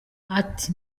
ati